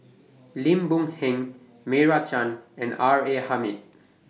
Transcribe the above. Lim Boon Heng Meira Chand and R A Hamid